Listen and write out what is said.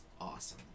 awesome